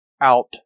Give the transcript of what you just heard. out